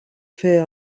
fer